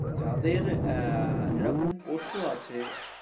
যাদের আ এরকম পশু আছে